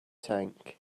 tank